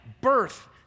birth